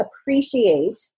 appreciate